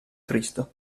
cristo